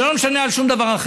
זה לא משנה לשום דבר.